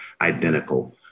identical